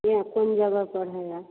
यहाँ कौन जगा पर है यार